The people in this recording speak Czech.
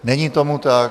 Není tomu tak.